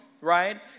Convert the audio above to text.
right